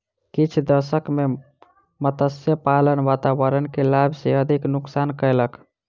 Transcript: किछ दशक में मत्स्य पालन वातावरण के लाभ सॅ अधिक नुक्सान कयलक